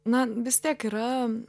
na vis tiek yra